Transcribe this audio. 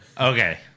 Okay